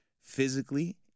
physically